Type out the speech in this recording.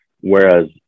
whereas